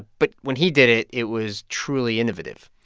but when he did it, it was truly innovative?